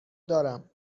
دارم